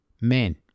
men